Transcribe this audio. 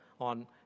on